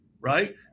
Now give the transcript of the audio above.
right